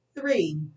three